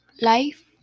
life